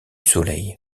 soleil